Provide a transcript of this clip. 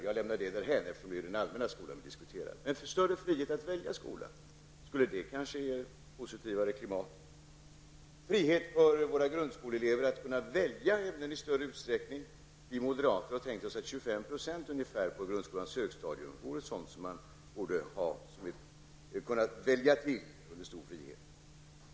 Jag lämnar det därhän eftersom det är den allmänna skolan vi diskuterar, men större frihet att välja skola skulle kanske ge ett positivare klimat. Man skulle även kunna ge våra grundskoleelever frihet att välja ämnen i större utsträckning. Vi moderater har tänkt oss att ungefär 25 % av undervisningen på grundskolans högstadium borde kunna vara sådant som man kan välja till under större frihet.